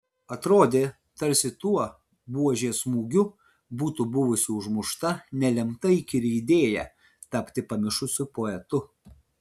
atrodė tarsi tuo buožės smūgiu būtų buvusi užmušta nelemta įkyri idėja tapti pamišusiu poetu